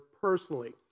personally